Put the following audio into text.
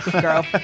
girl